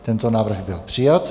Tento návrh byl přijat.